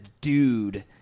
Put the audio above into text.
Dude